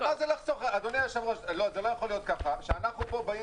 אבל זה לא יכול להיות ככה שאנחנו פה באים